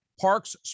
parks